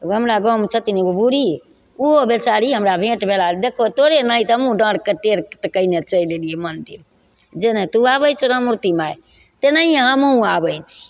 एगो हमरा गाँवमे छथिन एगो बुढ़ी ओहो बेचारी हमरा भेंट भेला आर तोरे नहैत हमहुँ डाँरके टेढ़ कयने चलि अयलियै मन्दिर जेना तू आबय छहो रामोती माय तेनाहिये हमहुँ आबय छी